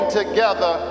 together